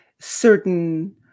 certain